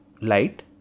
light